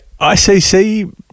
icc